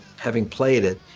having played it,